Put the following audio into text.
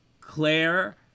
Claire